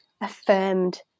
affirmed